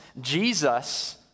Jesus